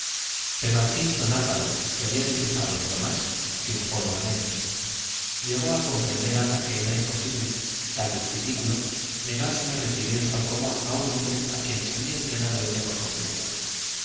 pero al fin don álvaro que había triunfado de lo más triunfó de lo menos llegó a comprender ana que era imposible y tal vez ridículo negarse a recibir en su alcoba a un hombre a quien se había entregado ella por completo